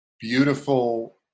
beautiful